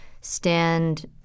stand